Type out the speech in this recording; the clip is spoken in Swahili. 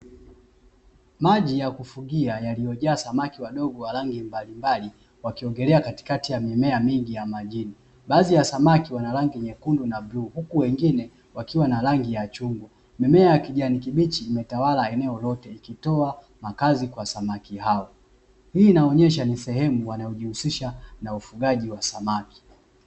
Maji ya kufugia yaliyojaa samaki wadogo wa rangi mbalimbali wakiogelea katikati ya mimea mingi ya majini. Baadhi ya samaki wana rangi nyekundu na bluu huku wengine wakiwa na rangi ya chungwa. Mimea ya kijani kibichi imetawala eneo lote ikitoa makazi kwa samaki hao. Hii inaonesha ni sehemu wanayojihusisha na ufugaji wa samaki.